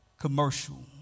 commercial